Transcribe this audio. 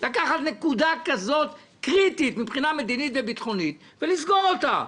לקחת נקודה כזאת קריטית מבחינה מדינית וביטחונית ולסגור אותה.